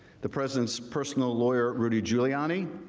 the president's personal lawyer rudy giuliani,